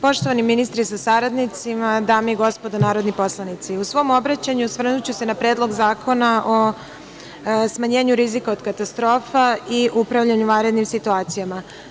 Poštovani ministre sa saradnicima, dame i gospodo narodni poslanici, u svom obraćanju osvrnuću se na Predlog zakona o smanjenju rizika od katastrofa i upravljanje vanrednim situacijama.